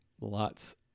Lots